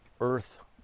earth